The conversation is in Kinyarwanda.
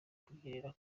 kubyinira